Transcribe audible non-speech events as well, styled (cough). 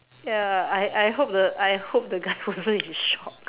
ya I I hope the I hope the guy wasn't in shock (laughs)